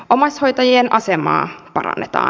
omaishoitajien asemaa parannetaan